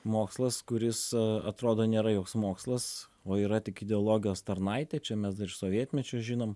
mokslas kuris atrodo nėra joks mokslas o yra tik ideologijos tarnaitė čia mes dar iš sovietmečio žinom